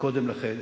קודם לכן?